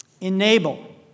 enable